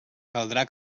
caldrà